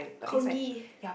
congee